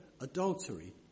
adultery